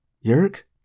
Yerk